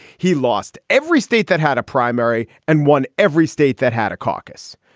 he lost every state that had a primary and won every state that had a caucus.